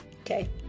okay